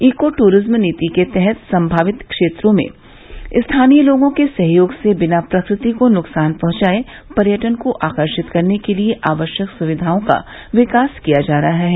eco tourism नीति के तहत सम्भावित क्षेत्रों में स्थानीय लोगों के सहयोग से बिना प्रकृ ति को नुकसान पहुंचाये पर्यटकों को आकर्षित करने के लिए आवश्यक सुविधाओं का विकास किया जा रहा है